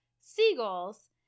seagulls